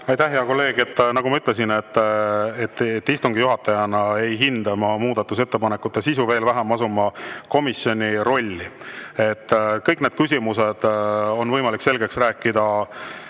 Aitäh, hea kolleeg! Nagu ma ütlesin, istungi juhatajana ei hinda ma muudatusettepanekute sisu, veel vähem asun ma komisjoni rolli. Kõik need küsimused on võimalik selgeks rääkida